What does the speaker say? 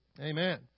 Amen